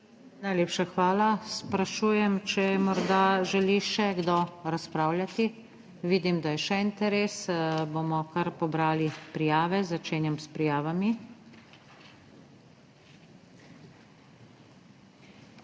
Najlepša hvala. Sprašujem, če morda želi še kdo razpravljati? Vidim, da je še interes. Bomo kar pobrali prijave. Začenjam s prijavami.